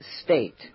state